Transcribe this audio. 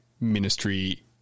ministry